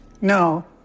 No